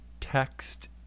text